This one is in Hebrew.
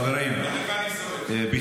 כן, כן.